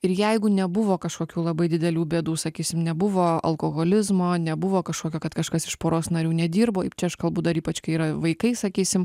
ir jeigu nebuvo kažkokių labai didelių bėdų sakysim nebuvo alkoholizmo nebuvo kažkokio kad kažkas iš poros narių nedirbo čia aš kalbu dar ypač kai yra vaikai sakysim